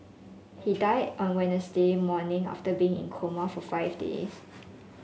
he died on Wednesday morning after being in a coma for five days